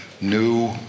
new